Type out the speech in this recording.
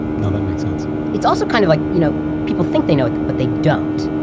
no, that makes sense it's also kind of like, you know people think they know it but they don't.